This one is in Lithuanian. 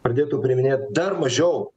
pradėtų priiminėti dar mažiau